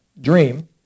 dream